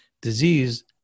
disease